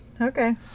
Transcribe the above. okay